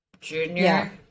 junior